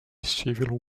civil